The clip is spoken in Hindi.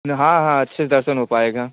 हाँ हाँ अच्छे से दर्शन हो पाएगा